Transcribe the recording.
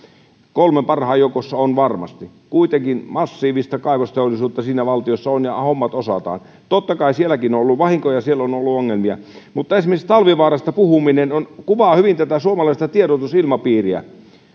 kolmen parhaan joukossa on varmasti kuitenkin massiivista kaivosteollisuutta siinä valtiossa on ja hommat osataan totta kai sielläkin on ollut vahinkoja ja siellä on ollut ongelmia mutta esimerkiksi talvivaarasta puhuminen kuvaa hyvin tätä suomalaista tiedotusilmapiiriä